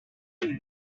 have